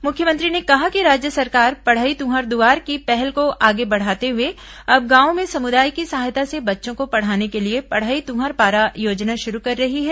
मुख्यमंत्री ने कहा कि राज्य सरकार पढ़ई तुंहर दुआर की पहल को आगे बढ़ाते हुए अब गांवों में समुदाय की सहायता से बच्चों को पढ़ाने के लिए पढ़ई तुंहर पारा योजना शुरू कर रही है